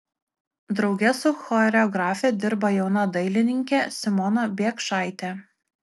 drauge su choreografe dirba jauna dailininkė simona biekšaitė